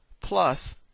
plus